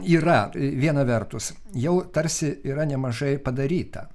yra viena vertus jau tarsi yra nemažai padaryta